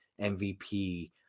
MVP